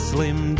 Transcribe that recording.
Slim